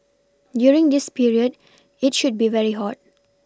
during this period it should be very hot